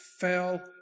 fell